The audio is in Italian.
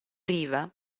riva